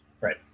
Right